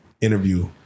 interview